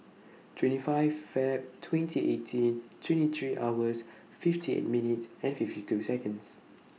twenty five Feb twenty eighteen twenty three hours fifty eight minutes and fifty two Seconds